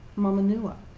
mamanua,